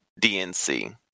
dnc